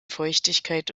feuchtigkeit